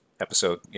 episode